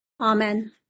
Amen